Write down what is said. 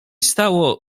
stało